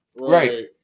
Right